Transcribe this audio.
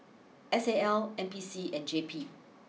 S A L N P C and J P